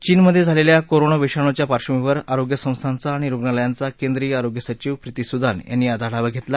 चीनमधे झालेल्या कोरोना विषाणूच्या पार्श्वभूमीवर आरोग्य संस्थांचा आणि रुग्णालयांचा केंद्रीय आरोग्य सचिव प्रीती सुदान यांनी आज आढावा घेतला